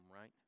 right